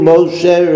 Moshe